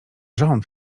rząd